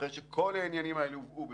אחרי שכל העניינים האלה הובאו בפניה,